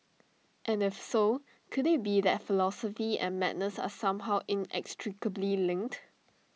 and if so could IT be that philosophy and madness are somehow inextricably lint